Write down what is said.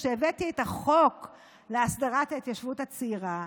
כשהבאתי את החוק להסדרת ההתיישבות הצעירה,